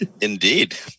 Indeed